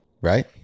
right